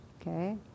Okay